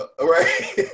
right